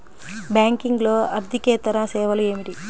బ్యాంకింగ్లో అర్దికేతర సేవలు ఏమిటీ?